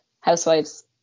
housewives